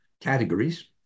categories